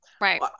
right